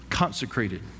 consecrated